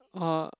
(aha)